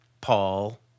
Paul